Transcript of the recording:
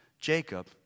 Jacob